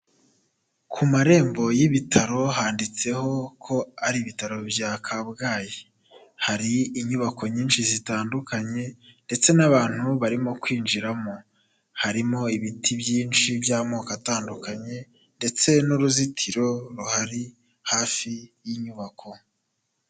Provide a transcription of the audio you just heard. Ku marembo y'ibitaro handitseho ko ari ibitaro bya Kabgayi, hari inyubako nyinshi zitandukanye ndetse n'abantu barimo kwinjiramo, harimo ibiti byinshi by'amoko atandukanye ndetse n'uruzitiro ruhari hafi y'inyubako.